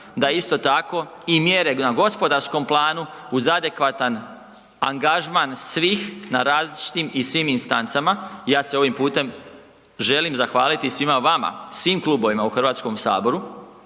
da isto tako i mjere na gospodarskom planu uz adekvatan angažman svih na različitim i svim instancama. Ja se ovim putem želim zahvaliti i svima vama, svim klubovima u HS jer